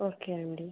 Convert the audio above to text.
okay అండి